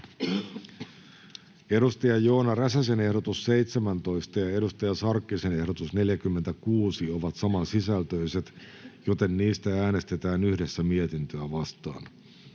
Saara Hyrkön ehdotus 29 ja Hanna Sarkkisen ehdotus 43 ovat samansisältöiset, joten niistä äänestetään yhdessä mietintöä vastaan.